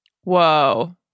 Whoa